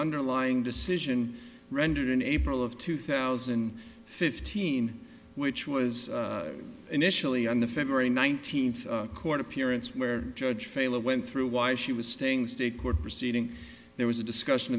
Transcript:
underlying decision rendered in april of two thousand and fifteen which was initially on the february nineteenth court appearance where judge failer went through why she was staying state court proceeding there was a discussion